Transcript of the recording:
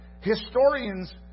Historians